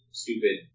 stupid